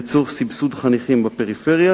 לצורך סבסוד חניכים בפריפריה